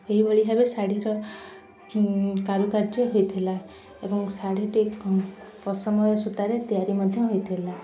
ଏହିଭଳି ଭାବେ ଶାଢ଼ୀର କାରୁକାର୍ଯ୍ୟ ହୋଇଥିଲା ଏବଂ ଶାଢ଼ୀଟି ପଶମ ସୂତାରେ ତିଆରି ମଧ୍ୟ ହୋଇଥିଲା